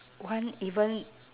one even